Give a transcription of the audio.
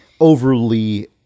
overly